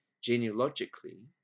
genealogically